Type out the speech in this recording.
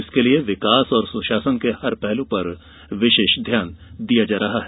इसके लिए विकास और सुशासन के हर पहलू पर विशेष ध्यान दिया जा रहा है